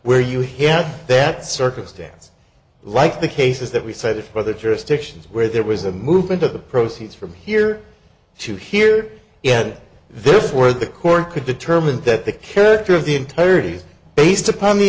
where you hear that circumstance like the cases that we cited other jurisdictions where there was a movement of the proceeds from here to here yet therefore the court could determine that the character of the entirety is based upon the